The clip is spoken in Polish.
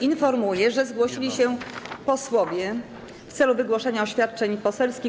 Informuję, że zgłosili się posłowie w celu wygłoszenia oświadczeń poselskich.